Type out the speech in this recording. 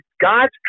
God's